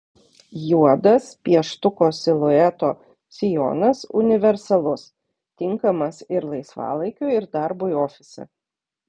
juodas pieštuko silueto sijonas universalus tinkamas ir laisvalaikiui ir darbui ofise